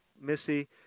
Missy